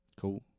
Cool